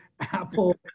Apple